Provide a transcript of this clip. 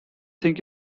think